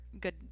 good